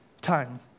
time